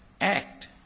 Act